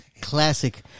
Classic